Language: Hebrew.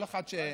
אל תדאגו,